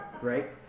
Right